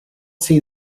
see